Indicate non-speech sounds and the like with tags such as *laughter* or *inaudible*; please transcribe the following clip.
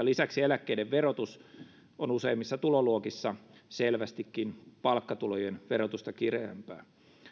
*unintelligible* lisäksi eläkkeiden verotus on useimmissa tuloluokissa selvästikin palkkatulojen verotusta kireämpää